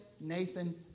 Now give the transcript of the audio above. Nathan